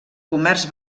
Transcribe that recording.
comerç